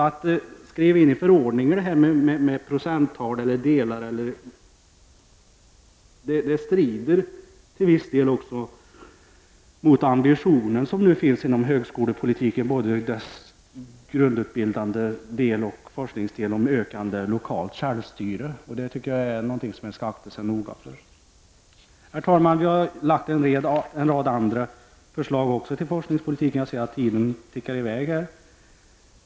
Att skriva in procenttal eller delar av procent tycker jag delvis strider mot ambitionen inom högskolepolitiken om ökande lokal självstyrelse. Det gäller både grundutbildningsdelen och forskningsdelen. Här tycker jag man skall akta sig noga. Herr talman! Vi har också lagt fram en rad andra förslag beträffande forskningspolitiken, men jag ser att tiden har gått fort.